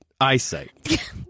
eyesight